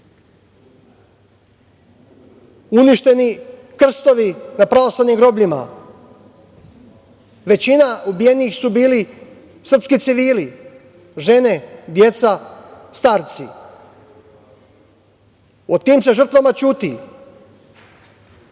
uništeni krstovi na pravoslavnim grobljima. Većina ubijenih su bili srpski civili, žene, deca, starci. O tim se žrtvama ćuti. Ne